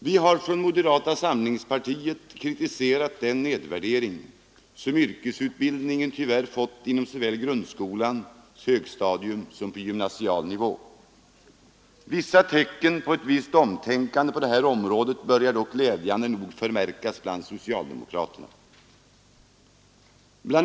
Vi har från moderata samlingspartiets sida kritiserat den nedvärdering som yrkesutbildningen tyvärr fått inom såväl grundskolans högstadium som på gymnasial nivå. Vissa tecken på ett omtänkande på det här området börjar dock glädjande nog förmärkas bland socialdemokraterna. Bl.